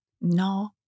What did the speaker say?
No